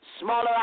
smaller